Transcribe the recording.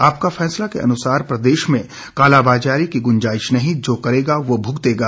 आपका फैसला के अनुसार प्रदेश में कालाबाजारी की गुंजाइश नहीं जो करेगा वो भुगतेगा